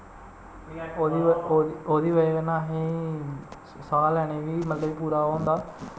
ओह्दी ओह्दी बजह् कन्नै असेंगी साह् लैने बी मतलब कि पूरा ओह् होंदा